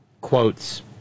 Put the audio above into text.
quotes